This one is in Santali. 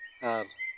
ᱟᱨ